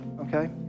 Okay